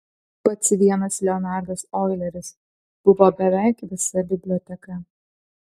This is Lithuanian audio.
pats vienas leonardas oileris buvo beveik visa biblioteka